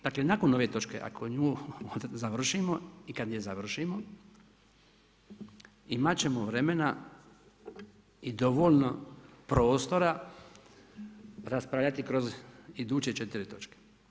Dakle nakon ove točke ako nju završimo i kada je završimo imat ćemo vremena i dovoljno prostora raspravljati kroz iduće četiri točke.